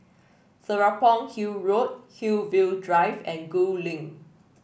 Serapong Hill Road Hillview Drive and Gul Link